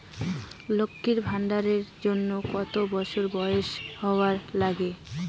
লক্ষী ভান্ডার এর জন্যে কতো বছর বয়স হওয়া লাগে?